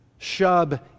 shub